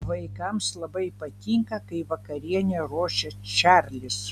vaikams labai patinka kai vakarienę ruošia čarlis